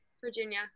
Virginia